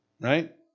right